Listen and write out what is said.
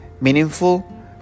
meaningful